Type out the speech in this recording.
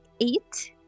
eight